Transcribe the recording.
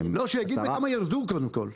שיגיד בכמה ירדו קודם כל.